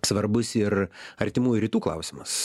svarbus ir artimųjų rytų klausimas